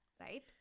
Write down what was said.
right